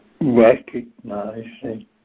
recognizing